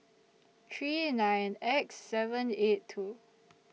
three nine X seven eight two